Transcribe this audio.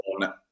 on